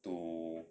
to